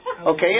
Okay